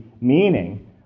meaning